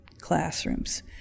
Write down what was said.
classrooms